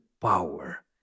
power